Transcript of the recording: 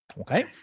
okay